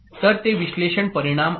तर ते विश्लेषण परिणाम आहे